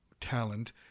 talent